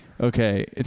Okay